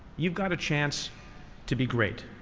you've got a chance to be great.